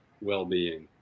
well-being